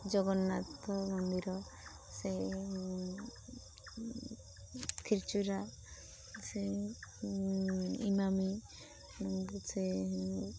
ଜଗନ୍ନାଥ ମନ୍ଦିର ସେଇ କ୍ଷୀରଚୋରା ସେଇ ଈମାମି